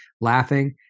laughing